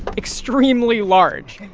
extremely large.